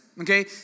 Okay